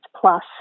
plus